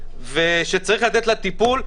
מזעזעת שצריך לטפל בה,